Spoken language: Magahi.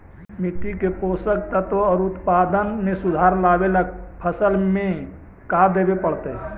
मिट्टी के पोषक तत्त्व और उत्पादन में सुधार लावे ला फसल में का देबे पड़तै तै?